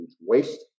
waste